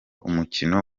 umukino